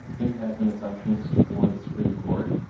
impact and assumptions for the supreme court.